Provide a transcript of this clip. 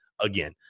again